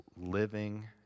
living